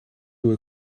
doe